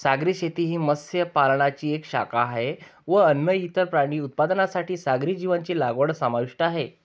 सागरी शेती ही मत्स्य पालनाची एक शाखा आहे व अन्न, इतर प्राणी उत्पादनांसाठी सागरी जीवांची लागवड समाविष्ट आहे